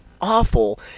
awful